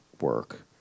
work